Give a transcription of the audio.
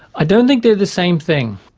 i don't think they're the same thing.